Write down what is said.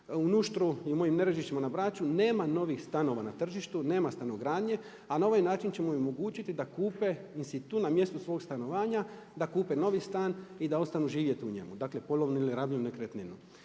U Nuštru i mojim Nerežišća na Bračunema novih stanova na tržištu, nema stanogradnje a na ovaj način ćemo im omogućiti da kupe tu na mjestu svog stanovanja da kupe novi stan i da ostanu živjeti u njemu. Dakle ponovno ili rabljenu nekretninu.